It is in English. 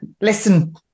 listen